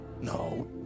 no